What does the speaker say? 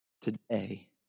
today